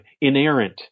inerrant